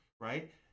Right